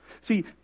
See